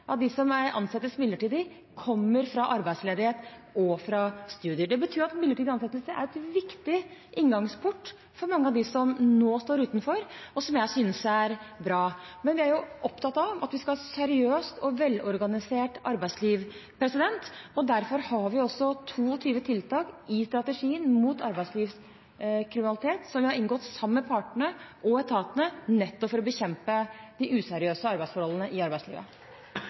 som ansettes midlertidig, kommer fra arbeidsledighet og fra studier. Det betyr at midlertidige ansettelser er en viktig inngangsport for mange av dem som nå står utenfor, og det synes jeg er bra. Men vi er opptatt av at vi skal ha et seriøst og velorganisert arbeidsliv, og derfor har vi 22 tiltak i strategien mot arbeidslivskriminalitet, som vi har inngått sammen med partene og etatene for nettopp å bekjempe de useriøse arbeidsforholdene i arbeidslivet.